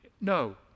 No